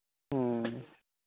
ᱦᱩᱸ